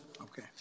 Okay